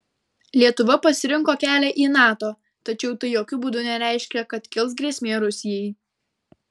lietuva pasirinko kelią į nato tačiau tai jokiu būdu nereiškia kad kils grėsmė rusijai